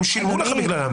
הם שילמו לך בגללם.